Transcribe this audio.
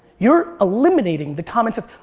you're eliminating the comments of,